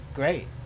great